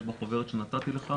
יש בחוברת שנתתי לך.